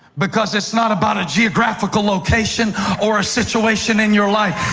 because it's not about a geographical location or a situation in your life.